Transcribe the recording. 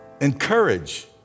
Encourage